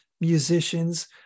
musicians